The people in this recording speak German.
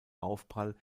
aufprall